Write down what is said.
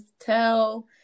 tell